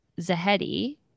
Zahedi